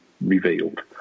revealed